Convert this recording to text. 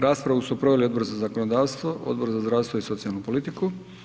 Raspravu su proveli Odbor za zakonodavstvo, Odbor za zdravstvo i socijalnu politiku.